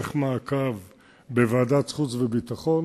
להמשך מעקב בוועדת החוץ והביטחון,